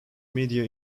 media